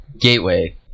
Gateway